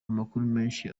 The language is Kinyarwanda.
menshi